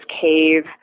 cave